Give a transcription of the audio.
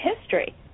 history